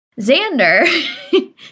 Xander